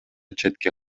четке